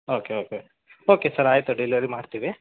okay okay okay sir ಆಯಿತು delivery ಮಾಡ್ತೀವಿ